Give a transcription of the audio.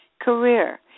career